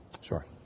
Sure